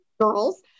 girls